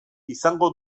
izango